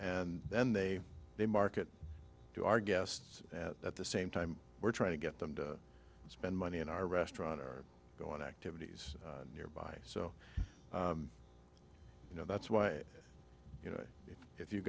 and then they they market to our guests at the same time we're trying to get them to spend money in our restaurant or going activities nearby so you know that's why you know if you